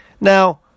Now